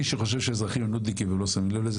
מי שחושב שאזרחים נודניקים ולא שמים לב לזה